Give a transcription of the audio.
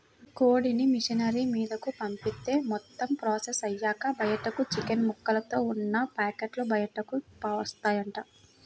కోడిని మిషనరీ మీదకు పంపిత్తే మొత్తం ప్రాసెస్ అయ్యాక బయటకు చికెన్ ముక్కలతో ఉన్న పేకెట్లు బయటకు వత్తాయంట